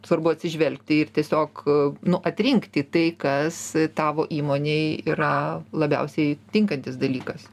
svarbu atsižvelgti ir tiesiog nu atrinkti tai kas tavo įmonei yra labiausiai tinkantis dalykas